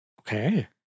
Okay